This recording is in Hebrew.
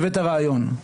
הבאת רעיון.